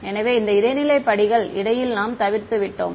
எனவே அந்த இடைநிலை படிகள் இடையில் நாம் தவிர்த்துவிட்டோம்